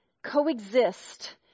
coexist